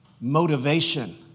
motivation